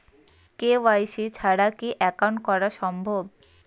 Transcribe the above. KYC ছাড়া কি account করা সম্ভব?